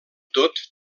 tot